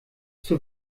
zur